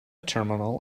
terminal